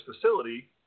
facility